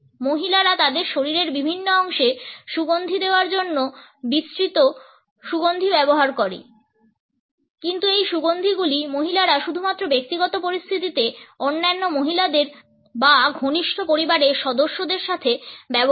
মহিলারা তাদের শরীরের বিভিন্ন অংশে সুগন্ধি দেওয়ার জন্য বিস্তৃত সুগন্ধি ব্যবহার করে কিন্তু এই সুগন্ধিগুলি মহিলারা শুধুমাত্র ব্যক্তিগত পরিস্থিতিতে অন্যান্য মহিলাদের বা ঘনিষ্ঠ পরিবারের সদস্যদের সাথে ব্যবহার করে